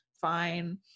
Fine